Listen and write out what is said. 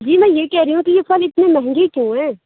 جی میں یہ کہہ رہی ہوں کہ یہ پھل اتنے مہنگے کیوں ہیں